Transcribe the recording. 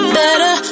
better